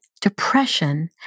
depression